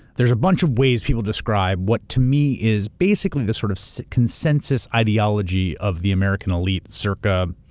there's a bunch of ways people describe what to me is basically this sort of so consensus ideology of the american elite, circa